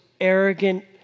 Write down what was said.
arrogant